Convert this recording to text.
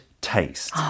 taste